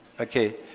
Okay